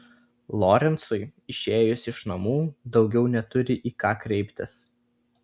lorencui išėjus iš namų daugiau neturi į ką kreiptis